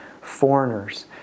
foreigners